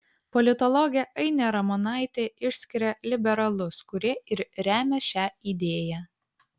politologė ainė ramonaitė išskiria liberalus kurie ir remia šią idėją